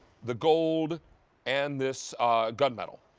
the gold and this gun metal.